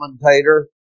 commentator